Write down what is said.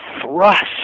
thrust